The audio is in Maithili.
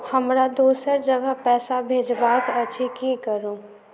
हमरा दोसर जगह पैसा भेजबाक अछि की करू?